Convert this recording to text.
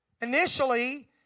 Initially